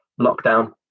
lockdown